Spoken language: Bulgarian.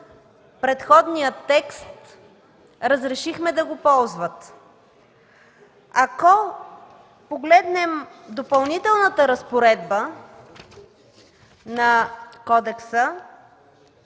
предходния текст разрешихме да го ползват. Ако погледнем Допълнителната разпоредба на Кодекса